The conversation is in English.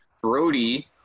Brody